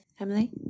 Emily